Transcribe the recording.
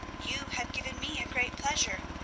you have given me a great pleasure,